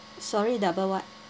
sorry double what